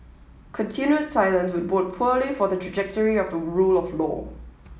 continued silence would bode poorly for the trajectory of the rule of law